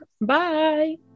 Bye